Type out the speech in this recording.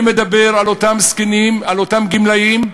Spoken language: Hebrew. אני מדבר על אותם זקנים, על אותם גמלאים,